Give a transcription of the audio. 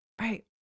Right